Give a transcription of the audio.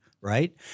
right